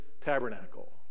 tabernacle